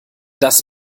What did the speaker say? das